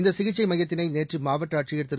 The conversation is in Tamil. இந்த சிகிச்சை மையத்தினை நேற்று மாவட்ட ஆட்சியர் திரு